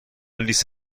لیست